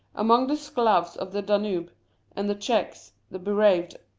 among the sclavs of the danube and the czechs, the bereaved,